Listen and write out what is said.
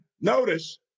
notice